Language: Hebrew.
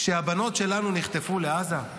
כשהבנות שלנו נחטפו לעזה?